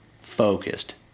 focused